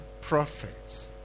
prophets